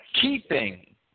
keeping